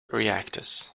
reactors